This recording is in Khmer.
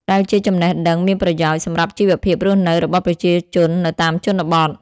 ដែលជាចំណេះដឹងមានប្រយោជន៍សម្រាប់ជីវភាពរស់នៅរបស់ប្រជាជននៅតាមជនបទ។